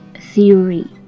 theory